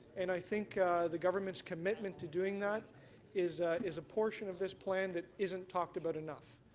and i think the government's commitment to doing that is is a portion of this plan that isn't talked about enough.